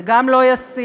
זה גם לא ישים,